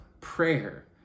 prayer